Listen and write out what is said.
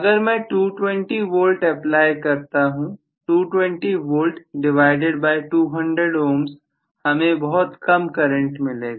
अगर मैं 220 volt apply करता हूं 220V डिवाइडेड बाय 200 ohms हमें बहुत कम करंट मिलेगा